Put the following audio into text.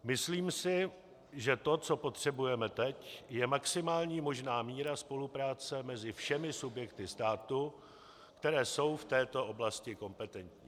Myslím si, že to, co potřebujeme teď, je maximální možná míra spolupráce mezi všemi subjekty státu, které jsou v této oblasti kompetentní.